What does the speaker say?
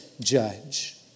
judge